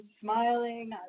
smiling